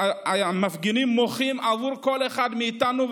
המפגינים מוחים עבור כל אחד מאיתנו,